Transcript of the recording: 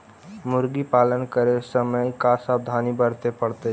मुर्गी पालन करे के समय का सावधानी वर्तें पड़तई?